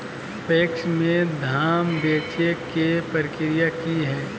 PACS में धाम बेचे के प्रक्रिया की हय?